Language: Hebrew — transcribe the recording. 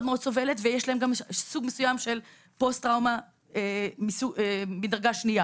מאוד מאוד סובלת ויש להם גם סוג מסוים של פוסט טראומה מדרגה שנייה.